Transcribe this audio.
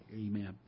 Amen